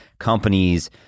companies